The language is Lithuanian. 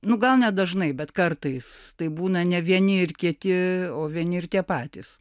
nu gal nedažnai bet kartais tai būna ne vieni ir kiti o vieni ir tie patys